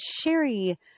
Sherry